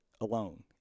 alone